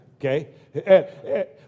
Okay